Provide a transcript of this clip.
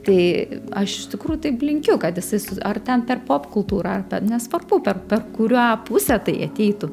tai aš iš tikrųjų taip linkiu kad jis ar ten per popkultūrą nesvarbu per per kurią pusę tai ateitų